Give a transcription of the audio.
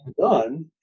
done